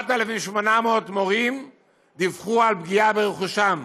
4,800 מורים דיווחו על פגיעה ברכושם,